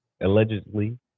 allegedly